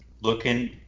looking